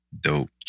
Dope